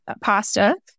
pasta